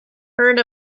heard